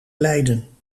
leiden